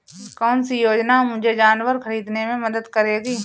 कौन सी योजना मुझे जानवर ख़रीदने में मदद करेगी?